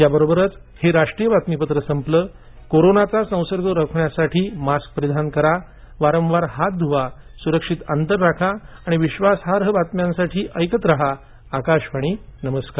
या बरोबरच हे राष्ट्रीय बातमीपत्र संपलं कोरोनाचा संसर्ग रोखण्यासाठी मास्क परिधान करा वारंवार हात स्वच्छ धवा सुरक्षित अंतर राखा आणि विश्वासार्ह बातम्यांसाठी ऐकत राहा आकाशवाणी नमस्कार